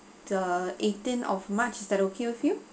the eighteen of march is that okay with you